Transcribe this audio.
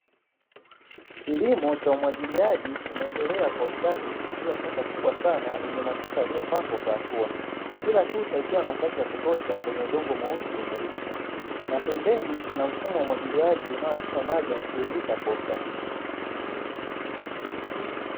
Kilimo cha umwagiliaji kinaendelea kwa ustadi kupitia shamba kubwa sana lenye matuta yaliyopangwa kwa hatua, kila tuta likiwa na nafasi ya kutosha kwenye udongo mweusi wenye rutuba, na pembeni kuna mfumo wa umwagiliaji unahakikisha maji yanatiririka kwa usahihi.